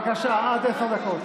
אינו נוכח, אינו נוכח.